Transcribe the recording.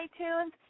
iTunes